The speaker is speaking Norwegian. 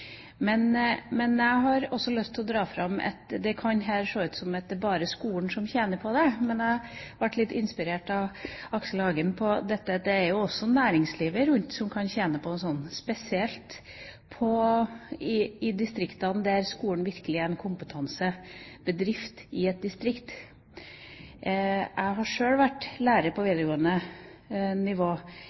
Jeg har lyst til å dra fram at det kan se ut som om det bare er skolen som tjener på dette. Men jeg ble litt inspirert av Aksel Hagen på at også næringslivet rundt kan tjene på dette, spesielt i distriktene, der skolene virkelig er en kompetansebedrift. Jeg har sjøl vært lærer på videregående nivå